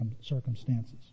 circumstances